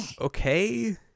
okay